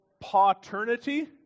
paternity